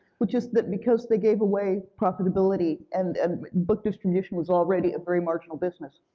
which is that because they gave away profitability, and and book distribution was already a very marginal business,